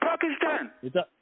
Pakistan